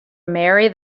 marry